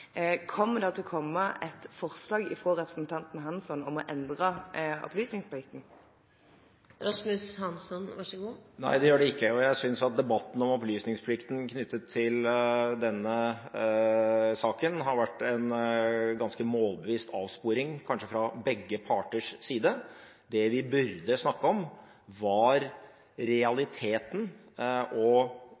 Kommer det til å komme et forslag fra representanten Hansson om å endre opplysningsplikten? Nei, det gjør det ikke. Jeg synes at debatten om opplysningsplikten knyttet til denne saken har vært en ganske målbevisst avsporing, kanskje fra begge parters side. Det vi burde snakket om, var realiteten og